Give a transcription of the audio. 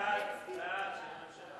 סעיפים 1 2